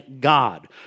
God